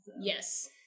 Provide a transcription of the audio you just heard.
Yes